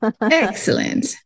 Excellent